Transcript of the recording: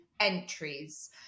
entries